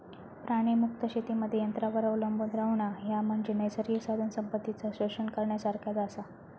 प्राणीमुक्त शेतीमध्ये यंत्रांवर अवलंबून रव्हणा, ह्या म्हणजे नैसर्गिक साधनसंपत्तीचा शोषण करण्यासारखाच आसा